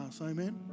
Amen